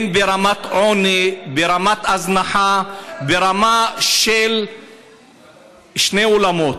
הן ברמת עוני, ברמת הזנחה, ברמה של שני עולמות.